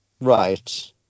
Right